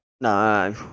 no